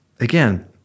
Again